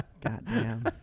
Goddamn